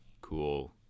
cool